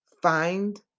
Find